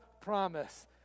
promise